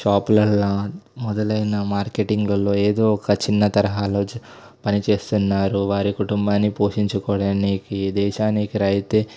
షాపుల్లో మొదలైన మార్కెటింగల్లో ఏదో ఒక చిన్న తరహాల్లో జ పనిచేస్తున్నారు వారి కుటుంబాన్ని పోషించుకోవటానికి ఈ దేశానికి రైతే